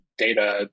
data